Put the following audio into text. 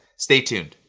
stay tuned.